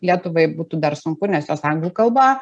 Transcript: lietuvai būtų dar sunku nes jos anglų kalba